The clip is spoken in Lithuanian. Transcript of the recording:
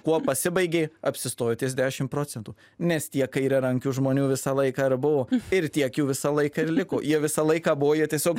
kuo pasibaigė apsistojo ties dešim procentų nes tiek kairiarankių žmonių visą laiką ir buvo ir tiek jų visą laiką ir liko jie visą laiką buvo jie tiesiog